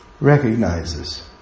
recognizes